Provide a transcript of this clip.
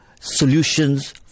solutions